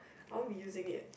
I won't be using it